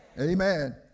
Amen